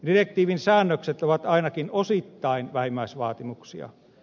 direktiivin säännökset ovat ainakin osittain vähimmäisvaatimuksia